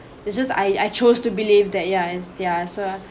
it's just I I chose to believe that yeah is there so